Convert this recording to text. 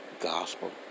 gospel